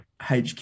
HQ